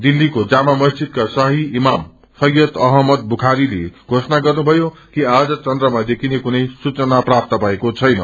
दिल्लीके जामा मस्जिदका श्राही इमामा सैयद अहमद बुखारीले घोषणा गर्नुथयो कि आज चन्द्रमा देखिने कुनै सूचना प्राप्त थएको छैन